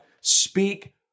speak